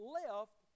left